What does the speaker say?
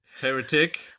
Heretic